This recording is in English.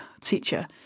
teacher